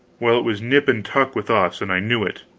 well, it was nip and tuck with us, and i knew it.